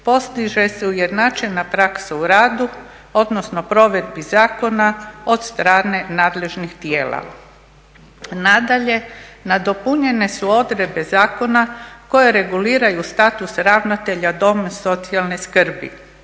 postiže se ujednačena praksa u radu odnosno provedbi zakona od strane nadležnih tijela. Nadalje, nadopunjene su odredbe zakona koje reguliraju status ravnatelja doma socijalne skrbi,